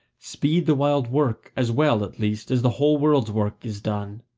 speed the wild work as well at least as the whole world's work is done.